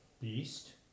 Beast